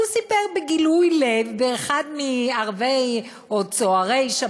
והוא סיפר בגילוי לב באחד מצהרי "שבתרבות"